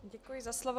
Děkuji za slovo.